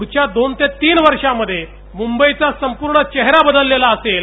पुढच्या दोन ते तीन वर्षामध्ये मुंबईचा संपूर्ण चेहरा बदललेला असेल